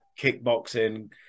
kickboxing